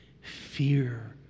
fear